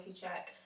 check